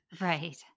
Right